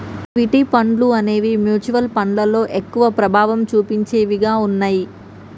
equity ఫండ్లు అనేవి mutual ఫండ్లలో ఎక్కువ ప్రభావం చుపించేవిగా ఉన్నయ్యి